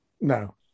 no